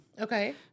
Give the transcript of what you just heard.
Okay